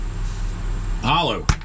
Hollow